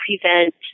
prevent